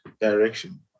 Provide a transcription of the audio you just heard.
Direction